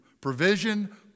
Provision